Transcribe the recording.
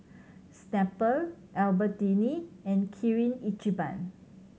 Snapple Albertini and Kirin Ichiban